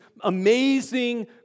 amazing